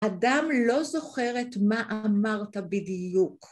‫אדם לא זוכר את מה אמרת בדיוק.